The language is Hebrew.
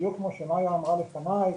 בדיוק כמו שמאיה אמרה לפניי,